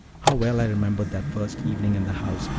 how well i remembered that first evening in the house,